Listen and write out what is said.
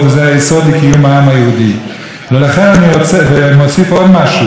ולכן אני מוסיף עוד משהו: אנחנו נעמוד במסירות נפש,